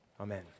Amen